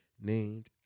named